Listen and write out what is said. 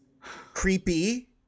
creepy